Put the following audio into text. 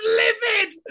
livid